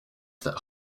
that